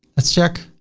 let's check,